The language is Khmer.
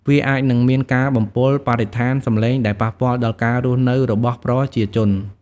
វាអាចនឹងមានការបំពុលបរិស្ថានសំឡេងដែលប៉ះពាល់ដល់ការរស់នៅរបស់ប្រជាជន។